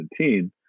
2017